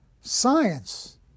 science